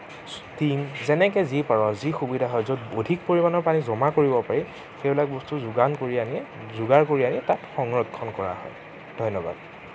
টিং যেনেকে যি পাৰোঁ আৰু যি সুবিধা য'ত অধিক পৰিমাণৰ পানী জমা কৰিব পাৰি সেইবিলাক বস্তুৰ যোগান কৰি আনি যোগাৰ কৰি আনি তাত সংৰক্ষণ কৰা হয় ধন্যবাদ